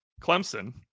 Clemson